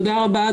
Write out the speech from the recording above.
תודה רבה,